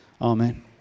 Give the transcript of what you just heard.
Amen